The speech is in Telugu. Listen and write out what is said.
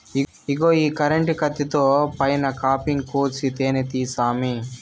ఇగో ఈ కరెంటు కత్తితో పైన కాపింగ్ కోసి తేనే తీయి సామీ